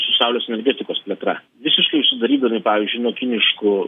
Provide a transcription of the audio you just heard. su saulės energetikos plėtra visiškai sudarydami pavyzdžiui nuo kiniškų